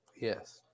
Yes